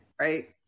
right